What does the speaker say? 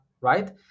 right